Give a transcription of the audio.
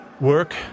work